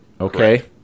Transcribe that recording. okay